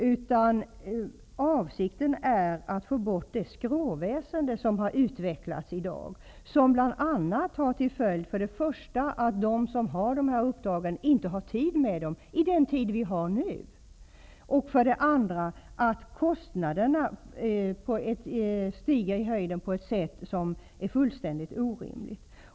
Min avsikt är att få bort det skråväsende som i dag har utvecklats och som bl.a. har fått till följd för det första att de som har dessa uppdrag inte hinner med dem i nuvarande situation, för det andra att kostnaderna stiger i höjden på ett sätt som är fullständigt orimligt.